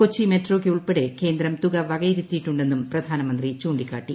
കൊച്ചി മെട്രോയ്ക്ക് ഉൾപ്പെടെ കേന്ദ്രം തുക വകയിരുത്തിയിട്ടുണ്ടെന്നൂറ്ട് സ്പ്ര്യാനമന്ത്രി ചൂണ്ടിക്കാട്ടി